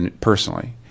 personally